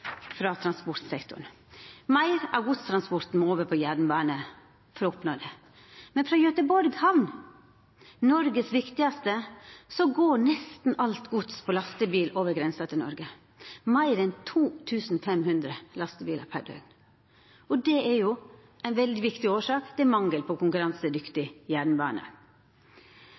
frå transportsektoren. Meir av godstransporten må over på jernbane for å oppnå det. Frå Göteborg hamn, den viktigaste for Noreg, går nesten alt gods på lastebil over grensa til Noreg – meir enn 2 500 lastebilar per døgn. Det er ein veldig viktig årsak til mangel på konkurransedyktig jernbane.